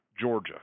Georgia